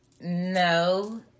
no